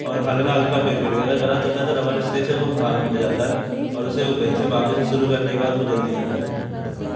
और हल्का हल्का फ़िर फ़िर के अगर गलत होता है तो रबर स्केच है वह हाल मिट जाता है और उसे वहीं से वापस से शुरू करने के बाद वह जल्दी बन जाता है धन्यवाद